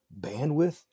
bandwidth